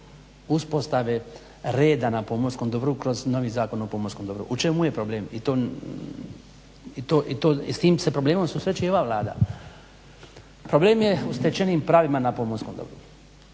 uspostave reda na pomorskom dobru kroz novi Zakon o pomorskom dobru. O čemu je problem i to, s tim se problemom susreće i ova Vlada. Problem je u stečenim pravima na pomorskom dobru,